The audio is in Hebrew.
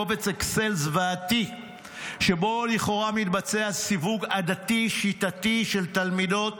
קובץ אקסל זוועתי שבו לכאורה מתבצע סיווג עדתי שיטתי של תלמידות